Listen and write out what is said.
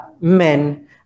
men